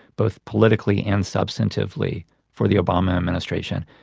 both politically and substantively for the obama administration,